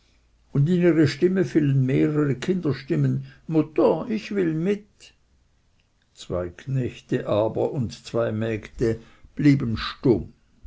und in ihre stimme fielen mehrere kinderstimmen mutter ich will mit zwei knechte aber und zwei mägde blieben stumm